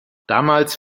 damals